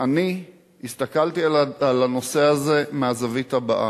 אני הסתכלתי על הנושא הזה מהזווית הבאה: